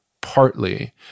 partly